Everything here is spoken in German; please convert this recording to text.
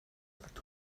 sagt